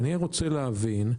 אני רוצה להבין.